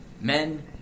men